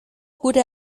gure